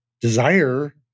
desire